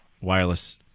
wireless